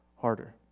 harder